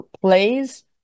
plays